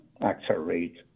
accelerate